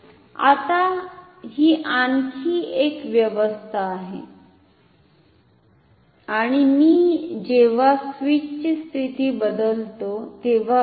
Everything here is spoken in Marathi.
आता ही आणखी एक व्यवस्था आहे आणि मी जेव्हा स्विचची स्थिती बदलतो तेव्हा पहा